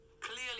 clearly